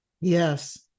yes